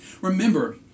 Remember